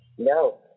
No